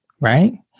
right